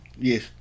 yes